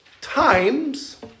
times